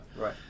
Right